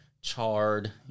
charred